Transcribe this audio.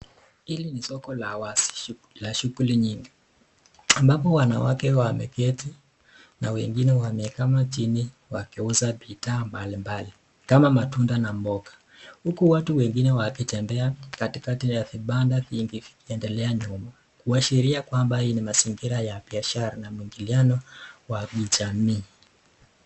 Hili ni soko la shughuli nyingi. Ambapo wanawake wameketi na wengine wameinama chini wakiuza bidhaa mbali mbali kama matunda na mboga. Huku watu wengine wakitembea kati kati ya vibanda vingi vikiendelea nyuma. Kuashirikia kwaamba hii ni mazingira ya biashara na muingiliano wa ujamii.